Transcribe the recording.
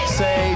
say